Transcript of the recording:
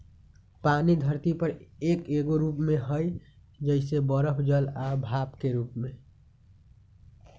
पानी धरती पर कए गो रूप में हई जइसे बरफ जल आ भाप के रूप में